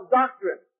doctrine